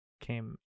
came